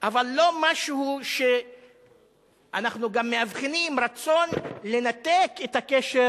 אבל לא משהו שאנחנו גם מאבחנים רצון לנתק את הקשר